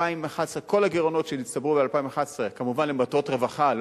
כל הגירעונות שנצטברו ב-2011, כמובן למטרות רווחה,